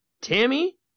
Tammy